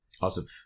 awesome